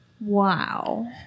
Wow